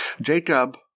Jacob